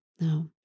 no